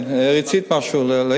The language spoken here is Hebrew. כן, רצית להעיר משהו?